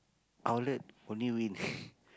outlet only win